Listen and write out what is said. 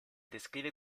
descrive